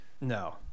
no